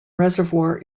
reservoir